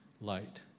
light